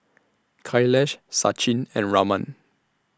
Kailash Sachin and Raman